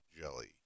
jelly